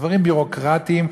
דברים ביורוקרטיים,